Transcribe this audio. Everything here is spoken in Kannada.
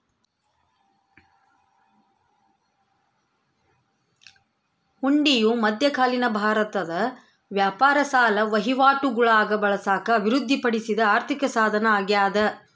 ಹುಂಡಿಯು ಮಧ್ಯಕಾಲೀನ ಭಾರತದ ವ್ಯಾಪಾರ ಸಾಲ ವಹಿವಾಟುಗುಳಾಗ ಬಳಸಾಕ ಅಭಿವೃದ್ಧಿಪಡಿಸಿದ ಆರ್ಥಿಕಸಾಧನ ಅಗ್ಯಾದ